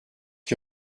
que